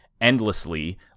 endlessly